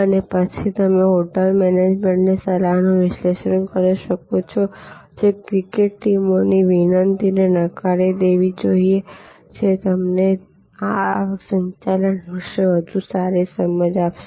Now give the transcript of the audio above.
અને પછી તમે હોટલ મેનેજમેન્ટની સલાહનું વિશ્લેષણ કરી શકો છો જે ક્રિકેટ ટીમોની વિનંતીને નકારી દેવી જોઈએ અને તે તમને આ આવક સંચાલન વિશે વધુ સારી રીતે સમજ આપશે